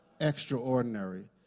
extraordinary